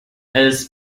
als